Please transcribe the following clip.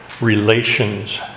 relations